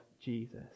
Jesus